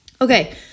Okay